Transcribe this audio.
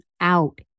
out